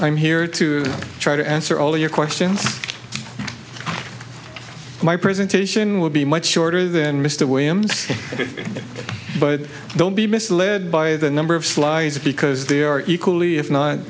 i'm here to try to answer all your questions my presentation will be much shorter than mr williams but don't be misled by the number of slides because they are equally if not